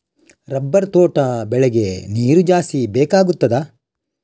Rubber ತೋಟ ಬೆಳೆಗೆ ನೀರು ಜಾಸ್ತಿ ಬೇಕಾಗುತ್ತದಾ?